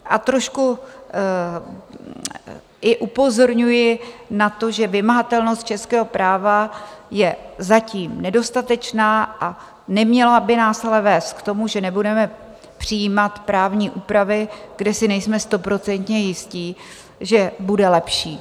A trošku i upozorňuji na to, že vymahatelnost českého práva je zatím nedostatečná, a neměla by nás ale vést k tomu, že nebudeme přijímat právní úpravy, kde si nejsme stoprocentně jistí, že bude lepší.